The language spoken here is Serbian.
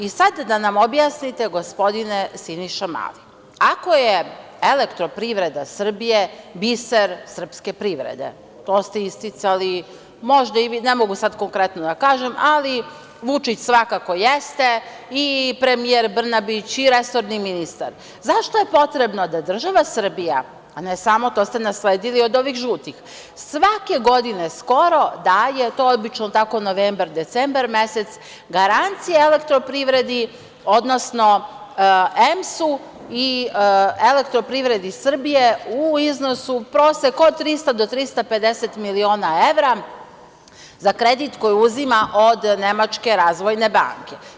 I, sada da nam objasnite, gospodine Siniša Mali, ako je Elektroprivreda Srbije biser srpske privrede, to ste isticali, ne mogu sad konkretno da kažem, ali Vučić svakako jeste i premijer Brnabić i resorni ministar, zašto je potrebno da država Srbija, a ne samo to ste nasledili od ovih žutih, svake godine skoro daje, to je obično tako novembar, decembar mesec, garancije Elektroprivredi, odnosno EMS-u i EPS-u u iznosu prosek od 300 do 350 miliona evra za kredit koji uzima od Nemačke razvojne banke?